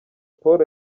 paul